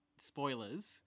spoilers